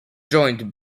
joined